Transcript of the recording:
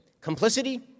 complicity